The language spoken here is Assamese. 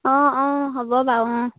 অঁ অঁ হ'ব বাৰু অঁ